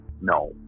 No